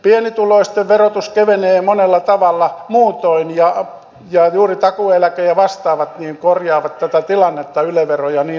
pienituloisten verotus kevenee monella tavalla muutoin ja juuri takuueläke ja vastaavat korjaavat tätä tilannetta yle vero ja niin edelleen